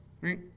right